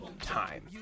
time